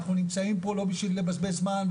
אנחנו נמצאים פה לא בשביל לבזבז זמן.